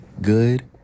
good